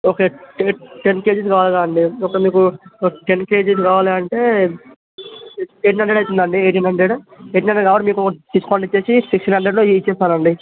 okay ten ten kgs కావలి కదండీ మొత్తం మీకు టెన్ కేజీలు కావాలంటే ఎయిటీన్ హండ్రెడ్ అవుతుందండి ఎయిటీన్ హండ్రెడ్ ఎయిటీన్ హండ్రెడ్ కాబట్టి మీకు డిస్కౌంట్ వచ్చి సిక్స్టీన్ హండ్రెడ్లో ఇచ్చేస్తాను అండి